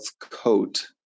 coat